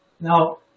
Now